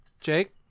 Jake